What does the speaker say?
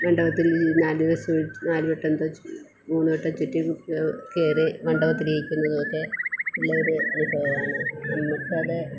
മണ്ഡപത്തിൽ നാല് ദിവസം നാലു വട്ടം എന്തോ ചു മൂന്നു വട്ടം ചുറ്റി കയറി മണ്ഡപത്തിലിരിക്കുന്നത് ഒക്കെ നല്ല ഒരു അനുഭവമാണ് നമുക്കത്